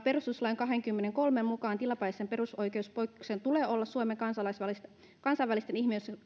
perustuslain kahdennenkymmenennenkolmannen pykälän mukaan että tilapäisen perusoikeuspoikkeuksien tulee olla suomen kansainvälisten kansainvälisten